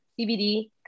CBD